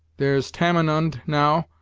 there's tamenund, now,